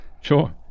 Sure